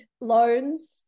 loans